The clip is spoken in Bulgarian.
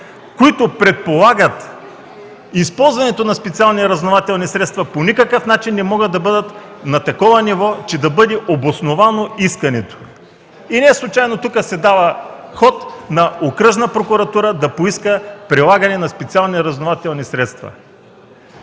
които предполагат използването на специални разузнавателни, по никакъв начин не могат да бъдат на такова ниво, че да бъде обосновано искането. Неслучайно тука се дава ход на Окръжна прокуратура да поиска прилагане на специални разузнавателни средства.